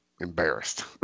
embarrassed